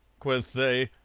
quoth they,